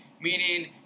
meaning